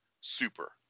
super